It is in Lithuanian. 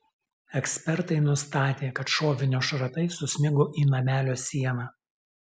ekspertai nustatė kad šovinio šratai susmigo į namelio sieną